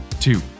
two